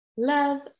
love